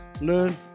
learn